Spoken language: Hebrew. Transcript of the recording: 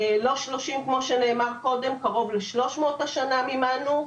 לא 30 כמו שנאמר קודם, קרוב ל-300 מימנו השנה.